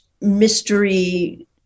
mystery